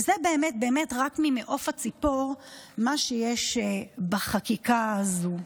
וזה באמת באמת רק ממעוף הציפור מה שיש בחקיקה הזו.